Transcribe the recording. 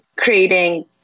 creating